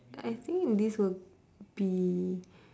I think this will be